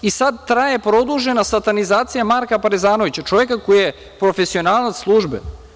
I sad traje produžena satanizacija Marka Parezanovića, čoveka koji je profesionalac službe.